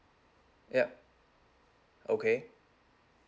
yup okay